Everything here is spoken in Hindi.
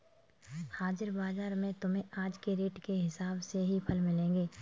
हाजिर बाजार में तुम्हें आज के रेट के हिसाब से ही फल मिलेंगे